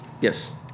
Yes